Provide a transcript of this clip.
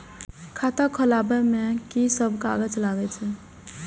खाता खोलाअब में की सब कागज लगे छै?